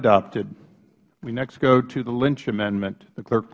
adopted we next go to the lynch amendment the clerk